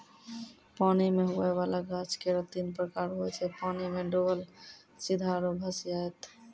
पानी मे हुवै वाला गाछ केरो तीन प्रकार हुवै छै पानी मे डुबल सीधा आरु भसिआइत